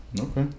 Okay